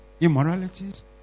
immoralities